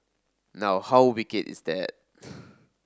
now how wicked is that